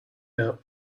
out